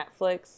Netflix